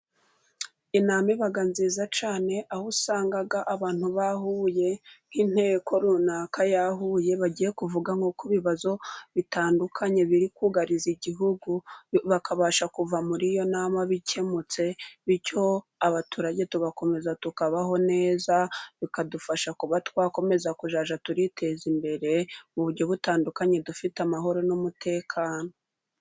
Inama iba nziza cyane， aho usanga abantu bahuye， nk'inteko runaka ya huye bagiye kuvuga nko ku ibibazo bitandukanye， biri kugariza igihugu，bakabasha kuva muri iyo nama bikemutse， bityo abaturage tugakomeza tukabaho neza， bikadufasha kuba twakomeza kujya turiteza imbere， mu buryo butandukanye， dufite amahoro n'umutekano.